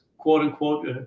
quote-unquote